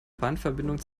bahnverbindung